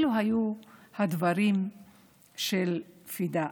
אלה היו הדברים של פידא,